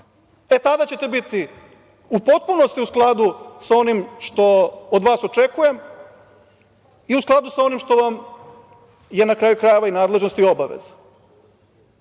Tada ćete biti u potpunosti u skladu sa onim što od vas očekujem i u skladu što vam je, i na kraju krajeva, nadležnost i obaveza